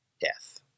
death